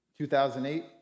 2008